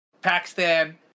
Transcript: Pakistan